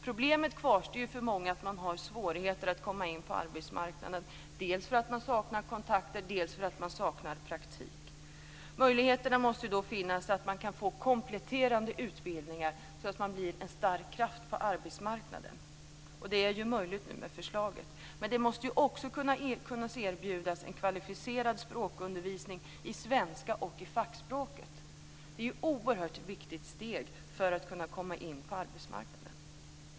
Problemet kvarstår för många som har svårigheter att komma in på arbetsmarknaden, dels för att de saknar kontakter, dels för att de saknar praktik. Det måste då finnas möjligheter att få kompletterande utbildningar så att man blir en stark kraft på arbetsmarknaden. Det är ju möjligt med förslaget, men det måste också kunna erbjudas en kvalificerad språkundervisning i svenska och i fackspråk. Det är ett oerhört viktigt steg för att man ska kunna komma in på arbetsmarknaden.